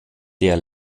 der